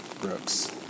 Brooks